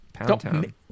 Poundtown